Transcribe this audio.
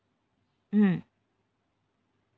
mm